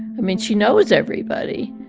i mean, she knows everybody.